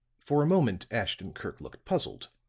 for a moment ashton-kirk looked puzzled,